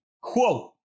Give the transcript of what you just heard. Quote